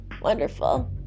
wonderful